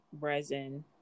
resin